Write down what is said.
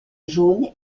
jaune